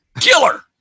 killer